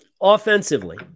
Offensively